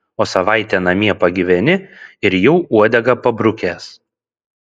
o savaitę namie pagyveni ir jau uodegą pabrukęs